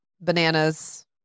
bananas